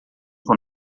com